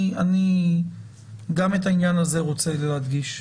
אני גם את העניין הזה רוצה להדגיש: